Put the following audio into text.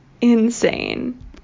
insane